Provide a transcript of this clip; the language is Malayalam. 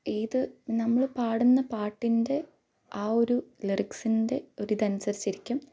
ഏത് നമ്മൾ പാടുന്ന പാട്ടിൻ്റെ ആ ഒരു ലിറിക്സിൻ്റെ ഒരു ഇതനുസരിച്ചിരിക്കും